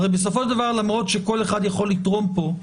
הרי בסופו של דבר למרות שכל אחד יכול לתרום פה,